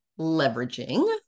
leveraging